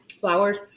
Flowers